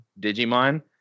Digimon